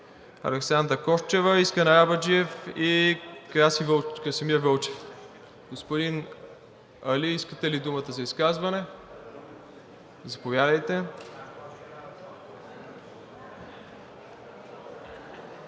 Александра Корчева, Искрен Арабаджиев и Красимир Вълчев. Господин Али, искате ли думата за изказване? Заповядайте.